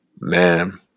man